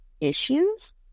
issues